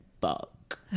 fuck